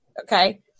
Okay